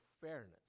fairness